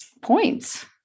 points